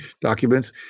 documents